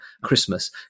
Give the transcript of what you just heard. Christmas